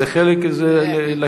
זה חלק מהשאלות.